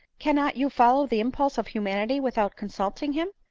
cannot you follow the impulse of humanity without consulting him?